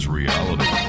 reality